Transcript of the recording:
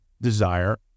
desire